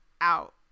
out